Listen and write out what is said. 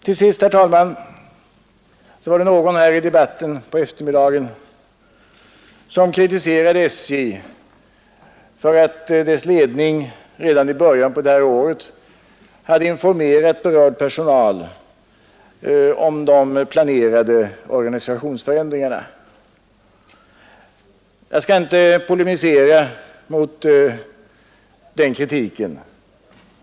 Till sist, herr talman, vill jag erinra om att det var någon här i debatten på eftermiddagen som kritiserade SJ för att dess ledning redan i början av detta år hade informerat berörd personal om de planerade organisationsförändringarna. Jag skall inte polemisera mot den kritiken.